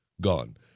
Gone